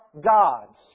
gods